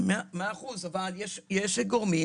יש גורמים